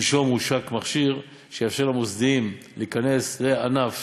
שלשום הושק מכשיר שיאפשר למוסדיים להיכנס לענף